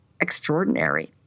extraordinary